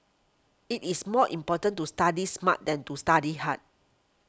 it is more important to study smart than to study hard